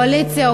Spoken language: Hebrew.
קואליציה,